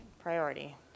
priority